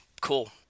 cool